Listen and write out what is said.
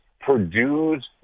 Purdue's